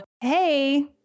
hey